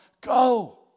go